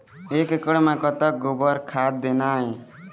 एक एकड़ म कतक गोबर खाद देना ये?